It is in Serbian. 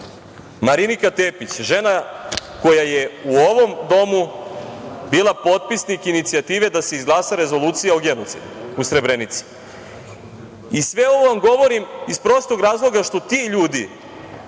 Marinika Tepić žena koja je u ovom domu bila potpisnik inicijative da se izglasa rezolucija o genocidu u Srebrenici i sve ovo vam govorim iz prostog razloga što ti ljudi